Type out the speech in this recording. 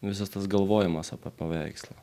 visas tas galvojimas apie paveikslą